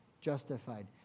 justified